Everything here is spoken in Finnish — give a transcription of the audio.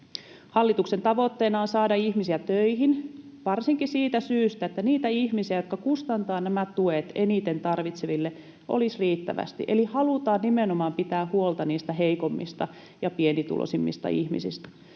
Hallituksen tavoitteena on saada ihmisiä töihin, varsinkin siitä syystä, että niitä ihmisiä, jotka kustantavat nämä tuet eniten tarvitseville, olisi riittävästi, eli halutaan nimenomaan pitää huolta niistä heikoimmista ja pienituloisimmista ihmisistä.